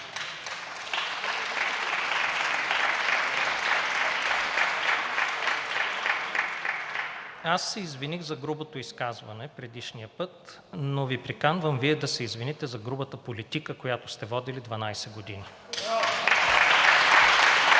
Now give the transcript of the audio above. Аз се извиних за грубото изказване предишния път, но Ви приканвам Вие да се извините за грубата политика, която сте водили 12 години.